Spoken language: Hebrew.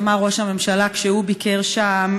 אמר ראש הממשלה כשהוא ביקר שם,